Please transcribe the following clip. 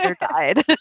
died